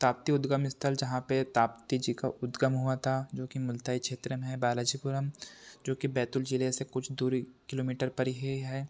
ताप्ती उद्गम स्थल जहाँ पर ताप्ती जी का उद्गम हुआ था जो कि मुलतई क्षेत्र में है बालाजीपुरम जो कि बैतूल जिले से कुछ दूरी किलोमीटर पर ही है